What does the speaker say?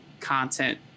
content